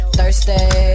Thursday